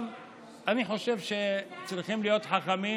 אני חושב שצריכים להיות חכמים